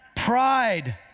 Pride